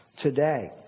today